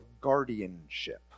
guardianship